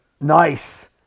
Nice